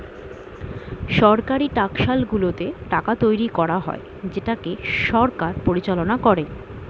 সরকারি টাকশালগুলোতে টাকা তৈরী করা হয় যেটাকে সরকার পরিচালনা করে